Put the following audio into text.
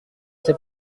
sais